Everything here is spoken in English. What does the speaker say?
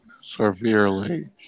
severely